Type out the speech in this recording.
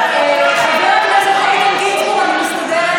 (קוראת בשם חבר הכנסת) מוסי רז,